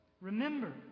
Remember